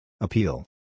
Appeal